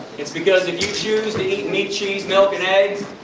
it's because, if you choose to eat meat, cheese, milk and eggs,